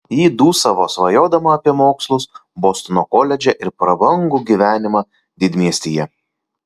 ji dūsavo svajodama apie mokslus bostono koledže ir prabangų gyvenimą didmiestyje